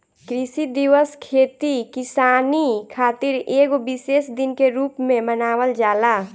कृषि दिवस खेती किसानी खातिर एगो विशेष दिन के रूप में मनावल जाला